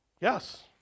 Yes